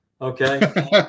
Okay